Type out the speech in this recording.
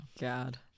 God